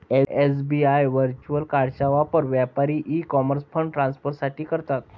SBI virtual कार्डचा वापर व्यापारी ई कॉमर्स फंड ट्रान्सफर साठी करतात